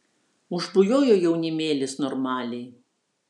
užbujojo jaunimėlis normaliai